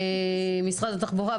משרד התחבורה,